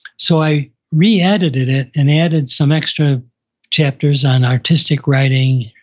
so i re-edited it and added some extra chapters on artistic writing,